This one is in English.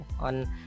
on